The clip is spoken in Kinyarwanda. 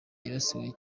yibasiwe